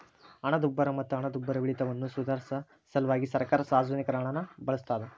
ಹಣದುಬ್ಬರ ಮತ್ತ ಹಣದುಬ್ಬರವಿಳಿತವನ್ನ ಸುಧಾರ್ಸ ಸಲ್ವಾಗಿ ಸರ್ಕಾರ ಸಾರ್ವಜನಿಕರ ಹಣನ ಬಳಸ್ತಾದ